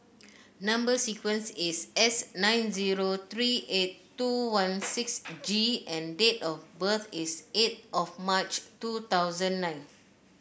number sequence is S nine zero three eight two one six G and date of birth is eight of March two thousand nine